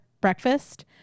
breakfast